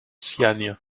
siagne